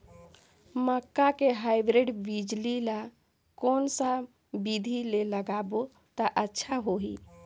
मक्का के हाईब्रिड बिजली ल कोन सा बिधी ले लगाबो त अच्छा होहि?